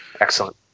Excellent